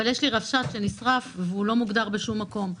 אבל יש רבש"צ שנשרף והוא לא מוגדר בשום מקום.